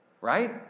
right